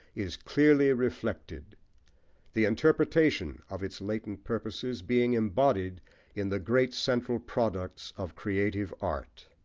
is clearly reflected the interpretation of its latent purposes being embodied in the great central products of creative art.